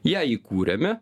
ją įkūrėme